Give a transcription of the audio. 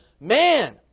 man